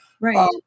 Right